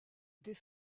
des